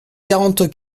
quarante